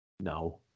No